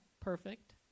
perfect